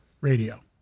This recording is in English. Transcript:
radio